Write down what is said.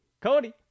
Cody